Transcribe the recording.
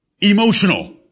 emotional